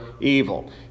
evil